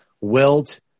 wilt